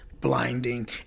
blinding